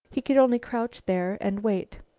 he could only crouch there and wait.